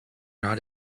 not